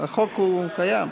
החוק הוא קיים.